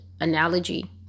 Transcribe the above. analogy